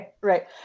right